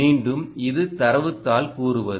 மீண்டும் இது தரவுத் தாள் கூறுவது